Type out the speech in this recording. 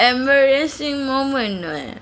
embarrassing moment no ya